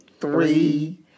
three